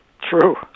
True